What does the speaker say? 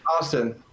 austin